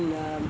you born in